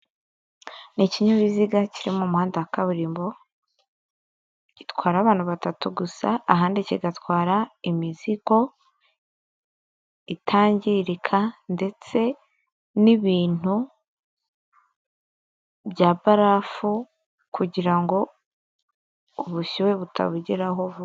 Ni ikinyabiziga kiri mu umuhanda wa kaburimbo gitware abantu batatu gusa ahandi kigatwara imizigo itangirika ndetse n'ibintu bya barafu kugirango ubushyuhe butabugeraho vuba